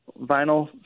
vinyl